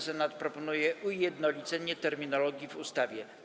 Senat proponuje ujednolicenie terminologii w ustawie.